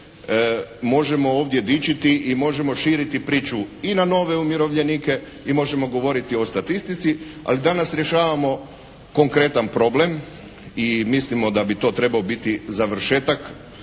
možemo ovdje dičiti i možemo širiti priču i na nove umirovljenike i možemo govoriti o statistici. Ali danas rješavamo konkretan problem. I mislim da bi to trebao biti završetak